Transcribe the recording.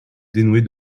dénouer